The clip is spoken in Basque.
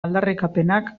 aldarrikapenak